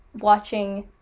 watching